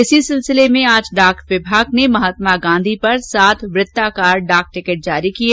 इसी सिलसिले में आज डाक विभाग ने महात्मा गांधी पर सात वृत्ताकार डाक टिकट जारी किए